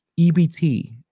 EBT